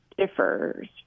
differs